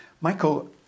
Michael